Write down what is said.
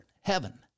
heaven